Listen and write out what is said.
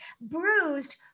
bruised